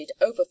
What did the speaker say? over